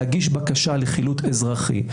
להגיש בקשה לחילוט אזרחי,